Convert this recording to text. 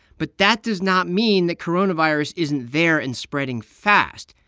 but that does not mean that coronavirus isn't there and spreading fast.